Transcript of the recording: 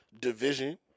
Division